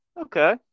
okay